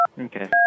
Okay